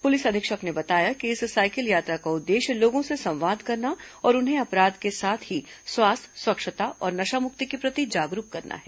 police अधीक्षक ने बताया कि इस साइकिल यात्रा का उद्देश्य लोगों से संवाद करना और उन्हें अपराध के साथ ही स्वास्थ्य स्वच्छता और नशामुक्ति के प्रति जागरूक करना है